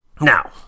Now